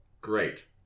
great